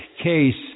case